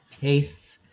tastes